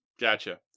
Gotcha